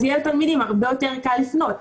אז יהיה לתלמידים הרבה יותר קל לפנות.